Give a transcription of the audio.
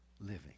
living